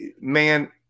man